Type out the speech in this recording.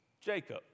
Jacob